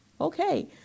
okay